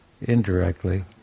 indirectly